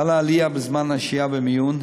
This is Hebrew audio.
חלה עלייה בזמן השהייה במיון,